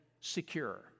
secure